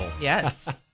Yes